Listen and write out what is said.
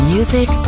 Music